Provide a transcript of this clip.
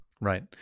Right